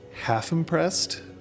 half-impressed